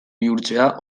bihurtzea